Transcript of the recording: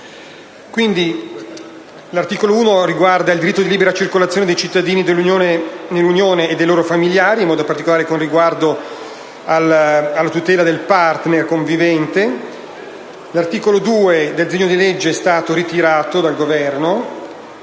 L'articolo 1 tratta del diritto di libera circolazione dei cittadini dell'Unione e dei loro familiari, con riguardo in particolare alla tutela del *partner* convivente. L'articolo 2 del disegno di legge è stato ritirato dal Governo.